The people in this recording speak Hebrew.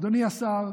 אדוני השר,